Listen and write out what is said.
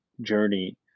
journey